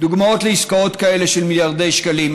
לעסקאות כאלה של מיליארדי שקלים,